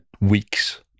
weeks